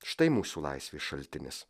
štai mūsų laisvės šaltinis